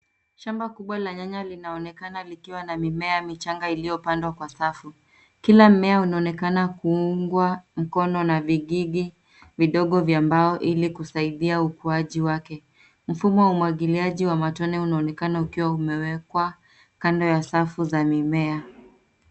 Shamba kubwa la nyanya linaonekana likiwa na mimea michanga iliyopandwa kwa safu. Kila mmea unaonekana kuungwa mkono na vigigi vidogo vya mbao ili kusaidia ukuwaji wake. Mfumo wa umwagiliaji wa matone unaonekana ukiwa umewekwa kando ya safu za mimea.